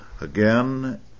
Again